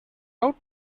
out